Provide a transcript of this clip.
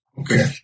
Okay